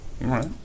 right